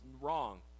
wrong